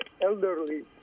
elderly